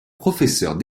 professeure